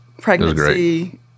pregnancy